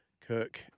Kirk